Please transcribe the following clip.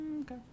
Okay